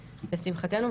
לשמחתנו,